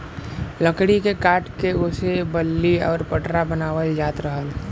लकड़ी के काट के ओसे बल्ली आउर पटरा बनावल जात रहल